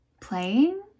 playing